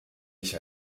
ich